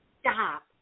stop